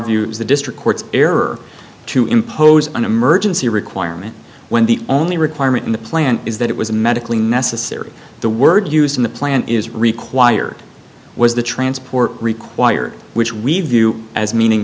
as the district courts error to impose an emergency requirement when the only requirement in the plan is that it was medically necessary the word used in the plan is required was the transport required which we view as meaning